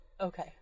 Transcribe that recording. Okay